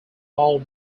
ball